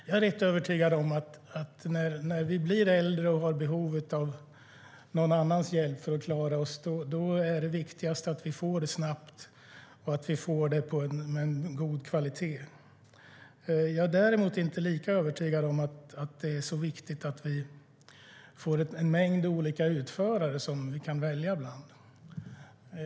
Jag är övertygad om att när vi blir äldre och har behov av någon annans hjälp för att klara oss är det viktigaste att vi får hjälp snabbt och att den är av god kvalitet. Jag är däremot inte lika övertygad om att det är viktigt att vi får en mängd olika utförare att välja bland.